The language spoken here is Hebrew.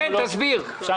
תסביר.